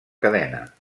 cadena